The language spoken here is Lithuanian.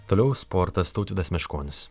toliau sportas tautvydas meškonis